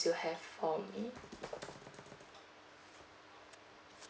you have for me